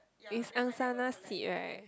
it's Angsana seed right